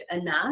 enough